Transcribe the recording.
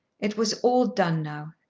it was all done now.